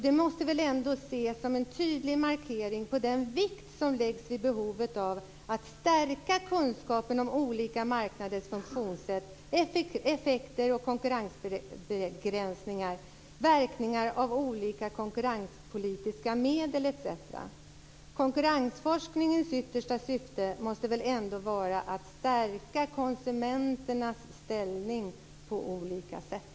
Det måste väl ändå ses som en tydlig markering av den vikt som läggs vid behovet av att stärka kunskapen om olika marknaders funktionssätt, effekter och konkurrensbegränsningar, verkningar av olika konkurrenspolitiska medel etc. Konkurrensforskningens yttersta syfte måste väl ändå vara att stärka konsumenternas ställning på olika sätt.